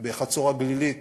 בחצור-הגלילית